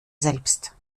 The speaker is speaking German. selbst